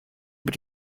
über